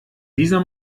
dieser